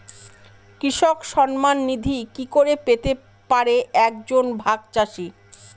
কৃষক সন্মান নিধি কি করে পেতে পারে এক জন ভাগ চাষি?